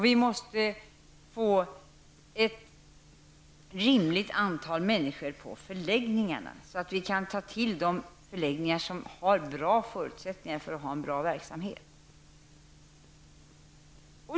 Vi måste få ett rimligt antal människor på förläggningarna, så att vi kan inrikta oss på de förläggningar som har goda förutsättningar för en bra verksamhet.